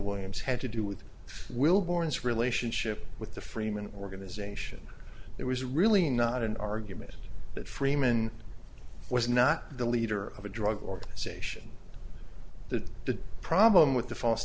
williams had to do with will borns relationship with the freeman organization it was really not an argument that freeman was not the leader of a drug organization that the problem with the false